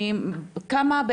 כמה,